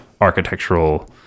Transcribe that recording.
architectural